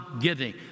giving